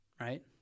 right